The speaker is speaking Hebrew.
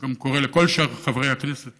אני גם קורא לכל שאר חברי הכנסת